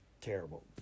terrible